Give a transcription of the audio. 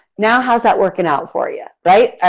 now how's that working out for you? right?